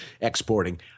exporting